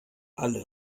alle